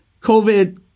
COVID